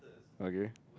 okay